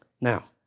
Now